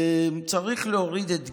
צריך להוריד את הגיל.